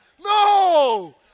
no